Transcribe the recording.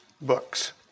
books